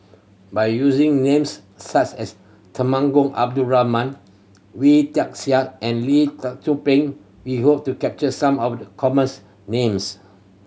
by using names such as Temenggong Abdul Rahman Wee Tian Siak and Lee Tzu Pheng we hope to capture some of commons names